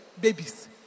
babies